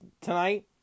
tonight